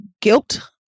guilt